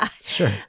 sure